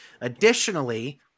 Additionally